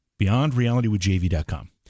beyondrealitywithjv.com